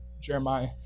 Jeremiah